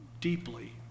deeply